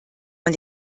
man